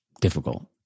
difficult